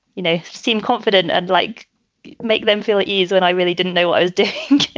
you know, seemed confident and like make them feel at ease when i really didn't know what i was doing.